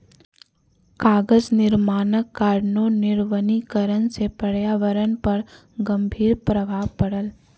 कागज निर्माणक कारणेँ निर्वनीकरण से पर्यावरण पर गंभीर प्रभाव पड़ल